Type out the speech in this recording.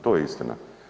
To je istina.